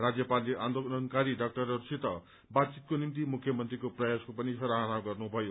राज्यपालले आन्दोलनकारी डाक्टरहरूसित बातचितको निम्ति मुख्यमन्त्रीको प्रयासको पनि सराहना गर्नुभयो